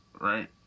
right